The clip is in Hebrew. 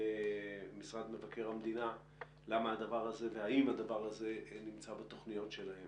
ממשרד מבקר המדינה למה הדבר הזה והאם הדבר הזה נמצא בתוכניות שלהם.